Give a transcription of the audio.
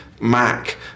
Mac